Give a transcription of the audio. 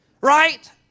Right